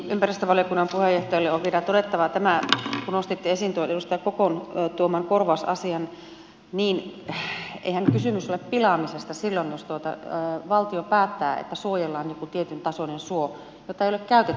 ympäristövaliokunnan puheenjohtajalle on vielä todettava tämä kun nostitte esiin tuon edustaja kokon tuoman korvausasian että eihän kysymys ole pilaamisesta silloin jos valtio päättää että suojellaan tietyn tasoinen suo jota ei ole käytettykään